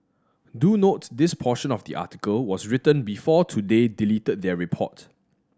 do note this portion of the article was written before today deleted their report